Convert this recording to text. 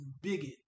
bigot